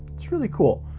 it's really cool.